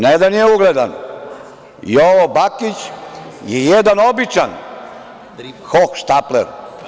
Ne da nije ugledan, Jovo Bakić je jedan običan hohštapler.